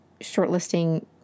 shortlisting